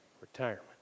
retirement